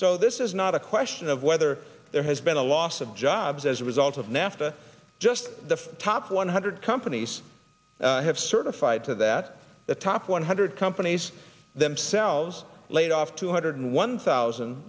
so this is not a question of whether there has been a loss of jobs as a result of nafta just the top one hundred companies have certified to that the top one hundred companies themselves laid off two hundred one thousand